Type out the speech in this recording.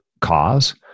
cause